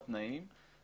בתנאים,